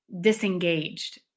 disengaged